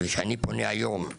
וכשאני פונה היום,